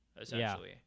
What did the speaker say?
essentially